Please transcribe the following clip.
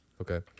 Okay